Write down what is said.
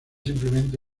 simplemente